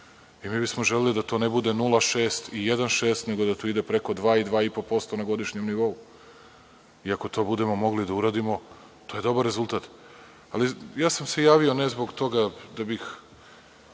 Mi bismo želeli da to ne bude 0,6 i 1,6, nego da to ide preko 2 i 2,5 posto na godišnjem nivou. Ako to budemo mogli da uradimo, to je dobar rezultat. Ali, ja sam se javio ne zbog toga da bih,